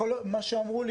מה שאמרו לי.